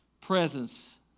presence